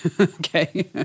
Okay